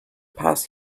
pass